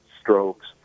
strokes